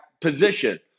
position